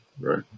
right